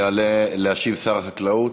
יעלה להשיב שר החקלאות.